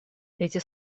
эти